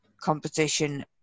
competition